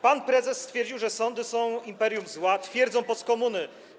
Pan prezes stwierdził, że sądy są imperium zła, twierdzą postkomuny.